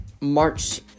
March